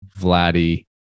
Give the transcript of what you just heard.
Vladdy